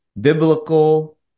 biblical